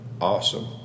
awesome